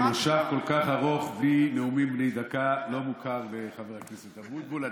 מושב כל כך ארוך בלי נאומים בני דקה לא מוכר לחבר הכנסת אבוטבול.